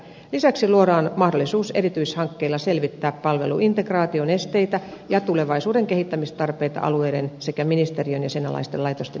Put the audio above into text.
lisäksi luodaan mahdollisuus erityishankkeilla selvittää palveluintegraation esteitä ja tulevaisuuden kehittämistarpeet alueiden sekä ministeriön ja sen alaisten laitosten yhteistyönä